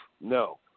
no